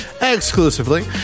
exclusively